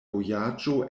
vojaĝo